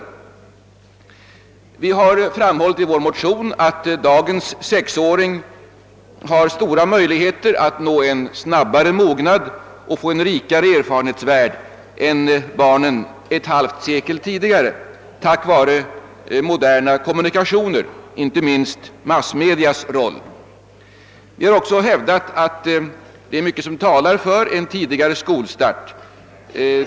I motionen har framhållits att våra dagars sexåring har stora möjligheter att nå snabbare mognad och att få en rikare erfarenhetsvärld än barnen ett halvt sekel tidigare tack vare moderna kommunikationer och våra massmedia. Vi har därför hävdat att mycket talar för en tidigare skolstart.